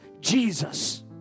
Jesus